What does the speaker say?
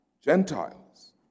Gentiles